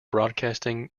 broadcasting